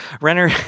Renner